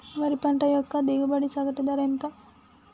వరి పంట యొక్క దిగుబడి సగటు ధర ఎంత?